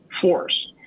force